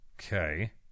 Okay